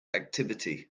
activity